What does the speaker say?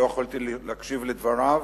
לא יכולתי להקשיב להם,